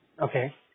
Okay